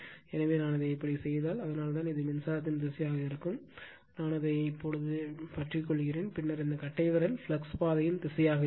எனவே நான் இதை இப்படி செய்தால் அதனால்தான் இது மின்சாரத்தின் திசையாக இருக்கும் அதைப் பற்றிக் கொள்கிறேன் பின்னர் இந்த கட்டைவிரல் ஃப்ளக்ஸ் பாதையின் திசையாக இருக்கும்